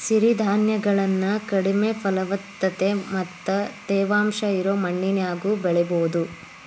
ಸಿರಿಧಾನ್ಯಗಳನ್ನ ಕಡಿಮೆ ಫಲವತ್ತತೆ ಮತ್ತ ತೇವಾಂಶ ಇರೋ ಮಣ್ಣಿನ್ಯಾಗು ಬೆಳಿಬೊದು